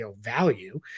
value